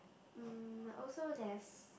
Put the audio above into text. mm also there's